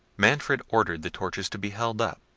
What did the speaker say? manfred ordered the torches to be held up,